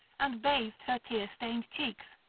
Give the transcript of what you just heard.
and bathed her tear-stained cheeks,